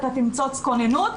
אתה תמצוץ כוננות,